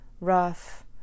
rough